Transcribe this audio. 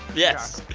yes,